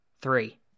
Three